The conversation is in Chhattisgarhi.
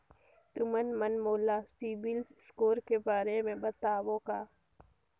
तुमन मन मोला सीबिल स्कोर के बारे म बताबो का?